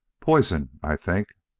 poison. i think.